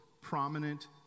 prominent